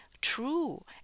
true